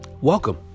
Welcome